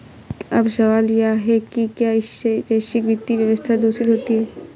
अब सवाल यह है कि क्या इससे वैश्विक वित्तीय व्यवस्था दूषित होती है